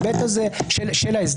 רבותיי, שלום וברכה.